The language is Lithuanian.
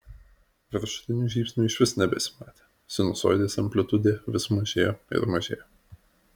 viršutinių žybsnių išvis nebesimatė sinusoidės amplitudė vis mažėjo ir mažėjo